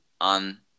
on